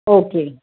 okay